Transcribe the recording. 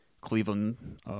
Cleveland